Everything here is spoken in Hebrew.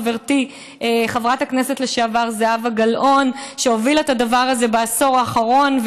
חברתי חברת הכנסת לשעבר זהבה גלאון הובילה את הדבר הזה בעשור האחרון,